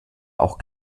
auch